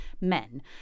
men